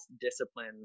discipline